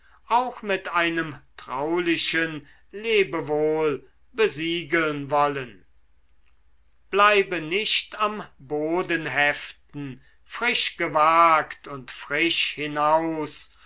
auch mit einem traulichen lebewohl besiegeln wollen bleibe nicht am boden heften frisch gewagt und frisch hinaus